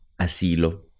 asilo